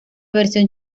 versión